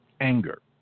anger